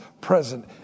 present